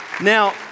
Now